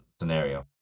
scenario